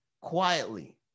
quietly